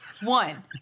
One